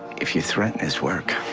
if you threaten his work,